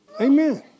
Amen